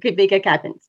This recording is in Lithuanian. kaip veikia kepenys